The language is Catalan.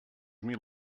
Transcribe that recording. mil